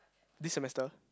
this semester